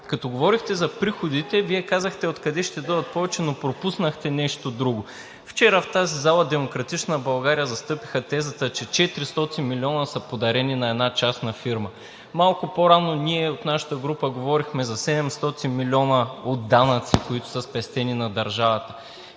Като говорихте за приходите, Вие казахте откъде ще дойдат повече, но пропуснахте нещо друго. Вчера в тази зала „Демократична България“ застъпиха тезата, че 400 милиона са подарени на една частна фирма. Малко по-рано от нашата група говорихме за 700 милиона от данъци, които са спестени на държавата